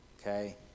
okay